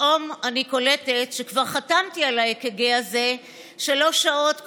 פתאום אני קולטת שכבר חתמתי על האק"ג הזה שלוש שעות קודם.